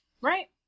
Right